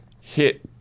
hit